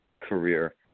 career